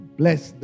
bless